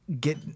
get